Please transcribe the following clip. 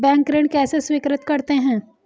Bank ऋण कैसे स्वीकृत करते हैं?